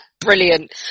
brilliant